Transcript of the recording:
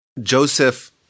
Joseph